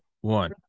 One